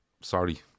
sorry